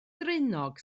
ddraenog